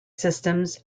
systems